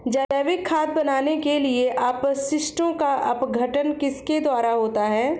जैविक खाद बनाने के लिए अपशिष्टों का अपघटन किसके द्वारा होता है?